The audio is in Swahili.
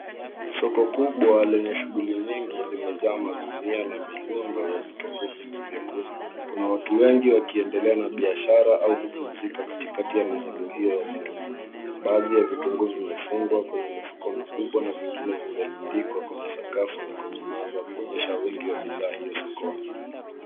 Soko kubwa lenye shughuli nyingi limejaa magunia ya milundo ya vitunguu vingi vya kuuza. Kuna watu wengi wakiendelea na biashara au kupumzika katikati ya mizigi hiyo ya vitunguu. Baadhi ya vitunguu vimefungwa kwenye mifuko mikubwa na vingine vimerundikwa kwenye sakafu na kwenye meza kuonyesha wingi wa bidhaa hiyo sokoni.